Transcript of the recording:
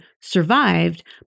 survived